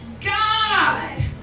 God